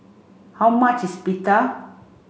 how much is Pita